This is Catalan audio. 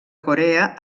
corea